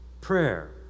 prayer